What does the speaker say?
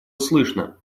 слышно